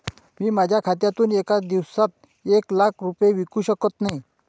मी माझ्या खात्यातून एका दिवसात एक लाख रुपये विकू शकत नाही